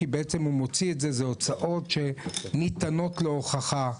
כי אלה בעצם הוצאות שניתנות להוכחה.